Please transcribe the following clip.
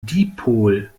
dipolmolekül